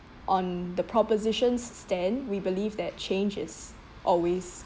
on the proposition's stand we believe that change is always